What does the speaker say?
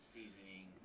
Seasoning